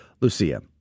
Lucia